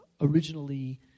originally